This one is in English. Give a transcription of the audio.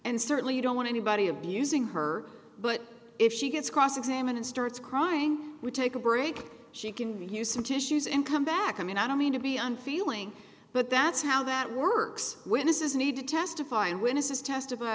and certainly you don't want anybody abusing her but if she gets cross examine and starts crying we take a break she can view some tissues in come back i mean i don't mean to be unfeeling but that's how that works witnesses need to testify and witnesses testify